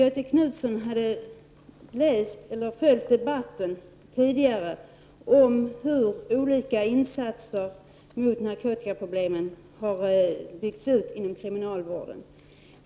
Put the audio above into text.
Göthe Knutson tycks inte ha följt den tidigare debatten om hur olika insatser mot narkotikaproblemen har byggts ut inom kriminalvården.